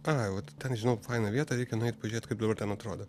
ai vat ten žinau fainą vietą reikia nueit pažiūrėt kaip dabar ten atrodo